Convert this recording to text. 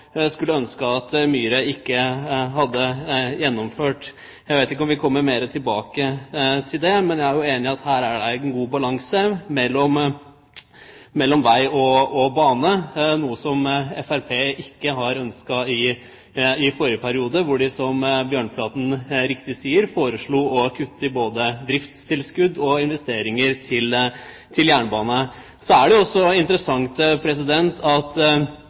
skulle ønske at Myhre ikke hadde gjennomført. Jeg vet ikke om vi kommer tilbake til det. Men jeg er enig i at her er det en god balanse mellom vei og bane, noe som Fremskrittspartiet ikke ønsket i forrige periode. Da foreslo de, som Bjørnflaten riktig sa, å kutte både i driftstilskudd og investeringer til jernbane. Det er også interessant at representanten Hareide velger ikke å svare på Bjørnflatens spørsmål. For det